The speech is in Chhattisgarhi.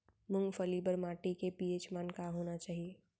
मूंगफली बर माटी के पी.एच मान का होना चाही?